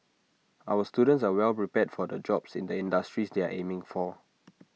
our students are well prepared for the jobs in the industries they are aiming for